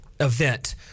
event